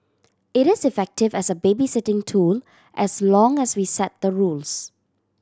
it is effective as a babysitting tool as long as we set the rules